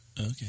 Okay